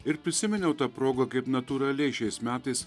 ir prisiminiau ta proga kaip natūraliai šiais metais